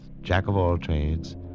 jack-of-all-trades